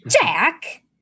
Jack